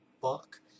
book